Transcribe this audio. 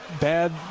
bad